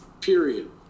period